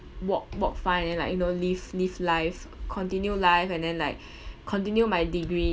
walk walk far and then like you know live live life continue life and then like continue my degree